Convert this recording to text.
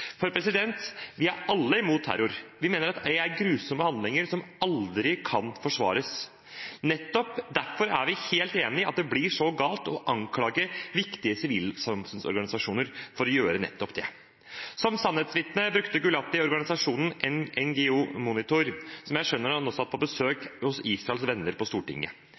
For vi er alle imot terror. Vi mener at det er grusomme handlinger som aldri kan forsvares. Nettopp derfor er vi helt enig i at det blir så galt å anklage viktige sivilsamfunnsorganisasjoner for å gjøre nettopp det. Som sannhetsvitne brukte Gulati organisasjonen NGO Monitor, som jeg skjønner han også har hatt på besøk hos Israels venner på Stortinget.